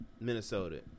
Minnesota